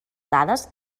dades